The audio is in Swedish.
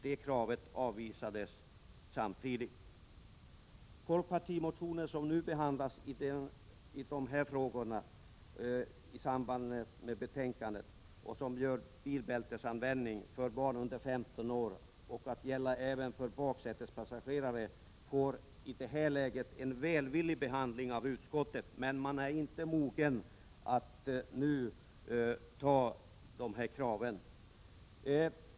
Det kravet avvisades samtidigt. Folkpartimotioner som behandlas i samband med betänkandet och handlar om bilbältesanvändning för barn under 15 år, vilket bör gälla även för baksätespassagerare, får i det här läget en välvillig behandling av utskottet. Men man är inte mogen att nu tillstyrka det här kravet.